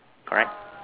correct